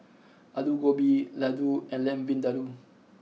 Alu Gobi Ladoo and Lamb Vindaloo